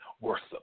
worship